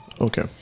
Okay